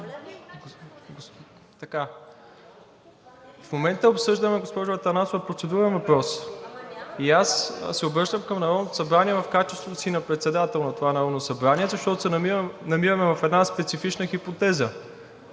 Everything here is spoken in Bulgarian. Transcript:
В момента обсъждаме, госпожо Атанасова, процедурен въпрос и аз се обръщам към Народното събрание в качеството си на председател на това Народно събрание, защото се намираме в една специфична хипотеза,